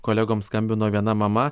kolegoms skambino viena mama